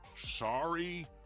Sorry